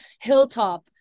hilltop